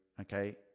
Okay